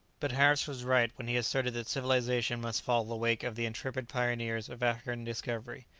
but harris was right when he asserted that civilization must follow the wake of the intrepid pioneers of african discovery.